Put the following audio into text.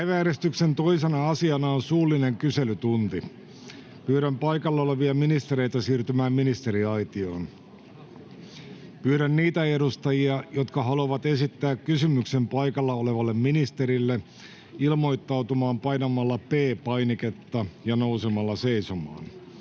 Päiväjärjestyksen 2. asiana on suullinen kyselytunti. Pyydän paikalla olevia ministereitä siirtymään ministeriaitioon. Pyydän niitä edustajia, jotka haluavat esittää kysymyksen paikalla olevalle ministerille, ilmoittautumaan painamalla P-painiketta ja nousemalla seisomaan.